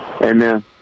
Amen